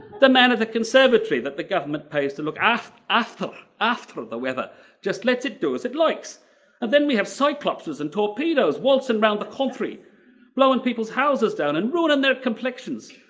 the man at the conservatory that the government pays to look after after the weather just let it do as it likes and then we have cyclopses and torpedoes waltzing around the country blowin people's houses down and ruin their complexions.